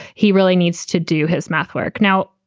he really needs to do his math work. now,